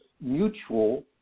mutual